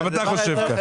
גם אתה חושב כך?